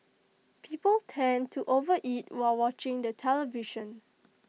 people tend to overeat while watching the television